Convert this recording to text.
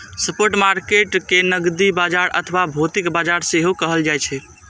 spot market कें नकदी बाजार अथवा भौतिक बाजार सेहो कहल जाइ छै